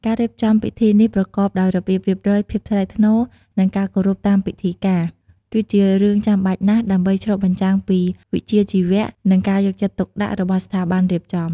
ការរៀបចំពិធីនេះប្រកបដោយរបៀបរៀបរយ ភាពថ្លៃថ្នូរ និងការគោរពតាមពិធីការ គឺជារឿងចាំបាច់ណាស់ដើម្បីឆ្លុះបញ្ចាំងពីវិជ្ជាជីវៈ និងការយកចិត្តទុកដាក់របស់ស្ថាប័នរៀបចំ។